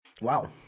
Wow